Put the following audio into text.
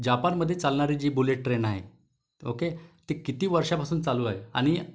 जापानमधे चालणारी जी bullet train आहे ओके ती किती वर्षापासून चालू आहे आणि